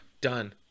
done